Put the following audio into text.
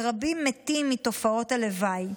ורבים מתים מתופעות הלוואי.